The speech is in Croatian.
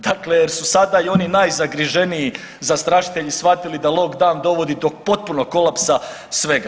Dakle, jer su sada i oni najzagriženiji zastrašitelji shvatili da lockdown dovodi do potpunog kolapsa svega.